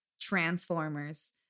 transformers